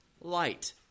light